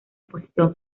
posición